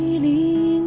me?